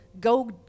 go